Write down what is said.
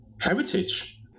heritage